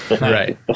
right